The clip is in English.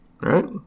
right